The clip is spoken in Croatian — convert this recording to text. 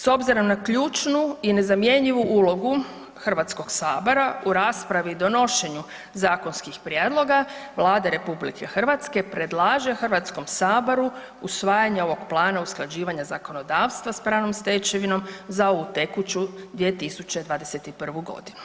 S obzirom na ključnu i nezamjenjivu ulogu Hrvatskog sabora, u raspravi, donošenju zakonskih prijedloga, Vlada RH predlaže Hrvatskom saboru usvajanje ovog plana usklađivanja zakonodavstva s pravnom stečevinom za ovu tekuću 2021. godinu.